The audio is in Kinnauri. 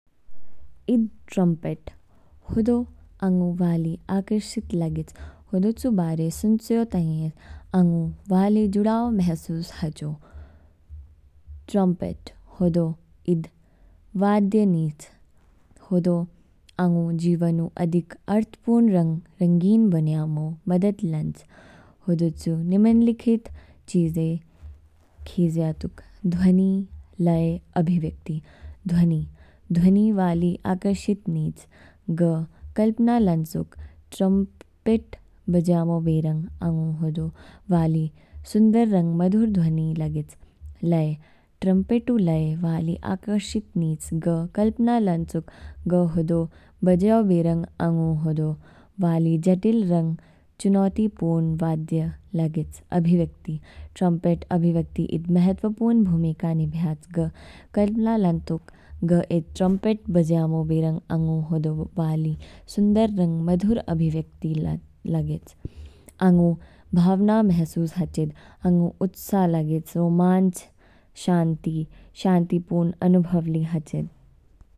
Eid trumpet, हदौ आंगु वाली आकर्षित लागेच, हदौचु बारे सुनचयो ताइए आंगु वाली जुड़ाव महसूस हाचौ। ट्रोमपेट, हदौ ईद वाद्य निच, हदौ आंगु जीवनु अधिक अर्थपूर्ण रंग रंगीन बनयामो मदद लानच, हदौचु निम्नलिखित चीजें खिजया तौक। ध्वनि, लय, अभिव्यक्ति। ध्वनि, ध्वनि वाली आकर्षक निच, ग कलपना लानतौक ट्रमपेट बजैमो बेरंग आंगु हदौ वाली सुंदर रंग मधुर ध्वनि लागेच। लय, ट्रमपेट ऊ लय वाली आकर्षित निच, ग कलपना लानतौक ग हदौ बजयौ बेरंग आंगु हदौ वाली जटिल रंग चुनौतिपूरण वाद्य लागेच। अभिव्यक्ति, ट्रमपेट अभिव्यक्ति ईद महत्त्वपूर्ण भूमिका निभयैच, ग कलपना लानतौक ग ईद ट्रमपेट बजैमो बेरंग आंगु हदौ वाली सुंदर रंग मधुर अभिव्यक्ति लागेच। आंगु भावना महसूस हाचिद, आंगु उत्साह लागेच, रोमांच, शांतिपूर्ण अनुभव ली हाचिद।